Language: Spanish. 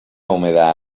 humedad